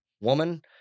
woman